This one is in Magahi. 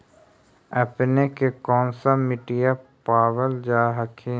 अपने के कौन सा मिट्टीया पाबल जा हखिन?